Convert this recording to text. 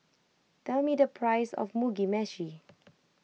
tell me the price of Mugi Meshi